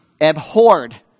abhorred